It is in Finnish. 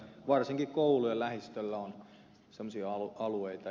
varsinkin koulujen lähistöllä on semmoisia alueita